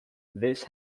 this